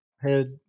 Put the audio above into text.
head